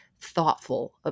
thoughtful